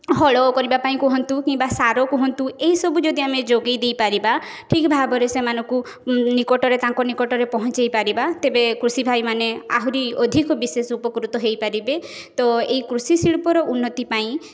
ହଳ କରିବା ପାଇଁ କୁହନ୍ତୁ କିମ୍ବା ସାର କୁହନ୍ତୁ ଏଇସବୁ ଯଦି ଆମେ ଯୋଗାଇ ଦେଇପାରିବା ଠିକ୍ ଭାବରେ ସେମାନଙ୍କୁ ନିକଟରେ ତାଙ୍କ ନିକଟରେ ପହଞ୍ଚେଇ ପାରିବା ତେବେ କୃଷିଭାଇ ମାନେ ଆହୁରି ଅଧିକ ବିଶେଷ ଉପକୃତ ହେଇପାରିବେ ତ ଏଇ କୃଷି ଶିଳ୍ପର ଉନ୍ନତି ପାଇଁ ଯଦି